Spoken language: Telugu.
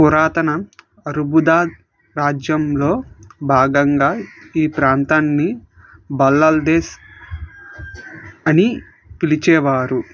పురాతన అర్బుదా రాజ్యంలో భాగంగా ఈ ప్రాంతాన్ని బల్లా దేశ్ అని పిలిచేవారు